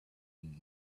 and